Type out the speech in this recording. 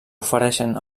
ofereixen